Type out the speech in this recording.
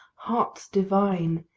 hearts divine!